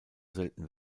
selten